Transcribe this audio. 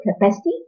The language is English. capacity